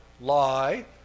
lie